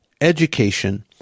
Education